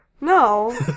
No